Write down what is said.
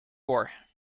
war